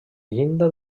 llinda